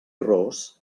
ros